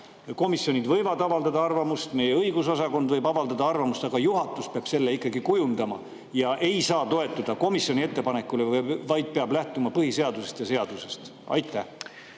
Komisjonid võivad avaldada arvamust, meie õigusosakond võib avaldada arvamust, aga juhatus peab selle [otsuse] ikkagi kujundama, ta ei saa toetuda komisjoni ettepanekule, vaid peab lähtuma põhiseadusest ja seadusest. Aitäh,